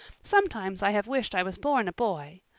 sometimes i have wished i was born a boy,